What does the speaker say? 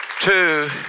Two